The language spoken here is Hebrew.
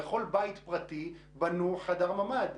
בכל בית פרטי בנו ממ"ד.